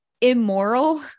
immoral